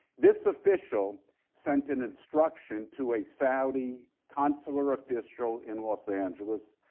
this official sent an instruction to a saudi consular official in los angeles,